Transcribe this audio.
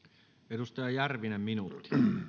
edustaja järvinen minuutti